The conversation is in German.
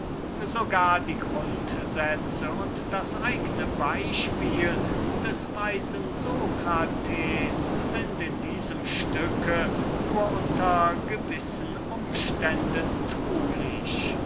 gar die grundsätze und das eigne beispiel des weisen socrates sind in diesem stücke nur unter gewissen umständen tunlich und